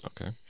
Okay